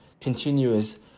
continuous